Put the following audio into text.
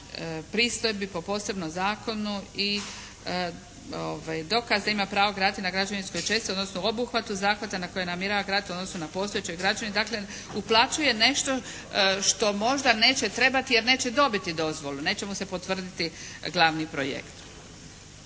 pristojbi po posebnom zakonu i dokaz da ima pravo graditi na građevinskoj čestici odnosno obuhvatu zahvata na kojem namjerava graditi odnosno na postojećoj građevini. Dakle uplaćuje nešto što možda neće trebati jer neće dobiti dozvolu. Neće mu se potvrditi glavni projekt.